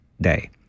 day